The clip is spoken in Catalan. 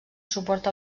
suport